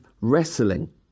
wrestling